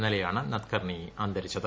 ഇന്നലെയാണ് നത്കർണി അന്തരിച്ചത്